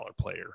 player